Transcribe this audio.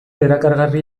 erakargarri